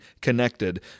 connected